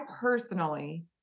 personally